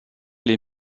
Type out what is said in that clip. les